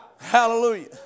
Hallelujah